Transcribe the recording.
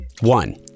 One